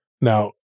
Now